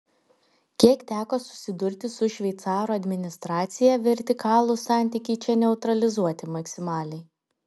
kiek teko susidurti su šveicarų administracija vertikalūs santykiai čia neutralizuoti maksimaliai